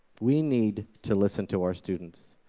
we need to listen to our students.